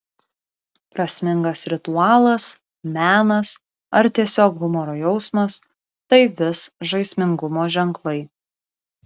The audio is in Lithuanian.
prasmingas ritualas menas ar tiesiog humoro jausmas tai vis žaismingumo ženklai